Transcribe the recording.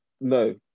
no